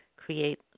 create